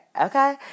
Okay